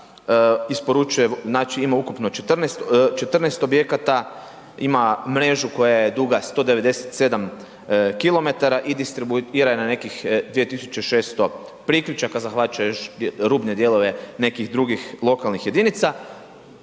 izvorišta, znači ima ukupno 14 objekata, ima mrežu koja je duga 197 km i distribuira ih na nekih 2600 priključaka, zahvaća još rubne dijelove nekih drugih lokalnih jedinica.